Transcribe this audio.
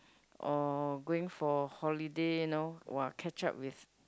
or going for holiday you know !wah! catch up with